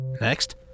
Next